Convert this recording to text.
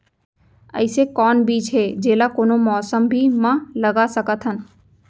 अइसे कौन बीज हे, जेला कोनो मौसम भी मा लगा सकत हन?